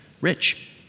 rich